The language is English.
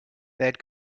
had